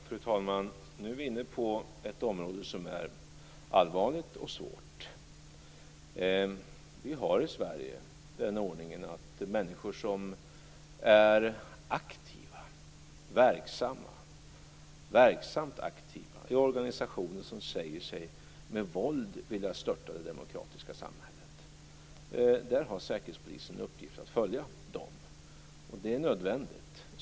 Fru talman! Nu är vi inne på ett område som är allvarligt och svårt. Vi har i Sverige den ordningen att säkerhetspolisen har till uppgift att följa de människor som är aktiva, verksamma, verksamt aktiva i organisationer som säger sig med våld vilja störta det demokratiska samhället. Det är nödvändigt.